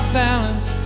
balance